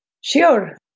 sure